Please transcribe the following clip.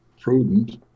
prudent